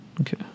Okay